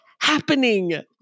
happening